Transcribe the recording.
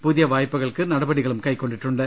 പുതിയ വായ്പകൾക്ക് നട പടികളും കൈക്കൊണ്ടിട്ടുണ്ട്